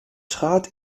trat